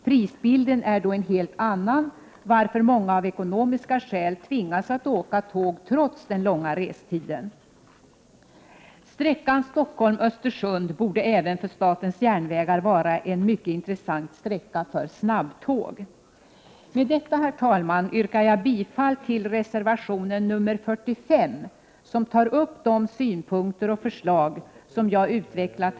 Prisbilden är en helt annan, varför många av ekonomiska skäl tvingas att åka tåg — trots den långa restiden. Sträckan Stockholm-Östersund borde även för statens järnvägar anses vara en mycket intressant sträcka för snabbtåg. Med detta, herr talman, yrkar jag bifall till reservation 45, där de synpunkter och förslag tas upp som jag här har utvecklat.